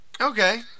Okay